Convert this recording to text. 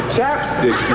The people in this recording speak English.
Chapstick